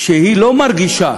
שהיא לא מרגישה